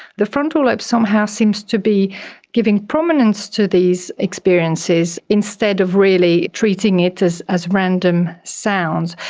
the frontal lobe somehow seems to be giving prominence to these experiences instead of really treating it as as random sounds.